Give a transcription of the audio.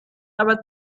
aber